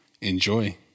Enjoy